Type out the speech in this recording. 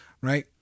right